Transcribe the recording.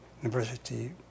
university